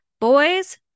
Boys